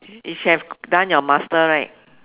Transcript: you should have done your master right